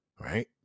right